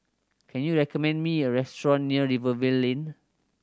can you recommend me a restaurant near Rivervale Lane